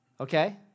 okay